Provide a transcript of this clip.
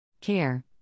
Care